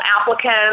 applicants